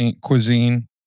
cuisine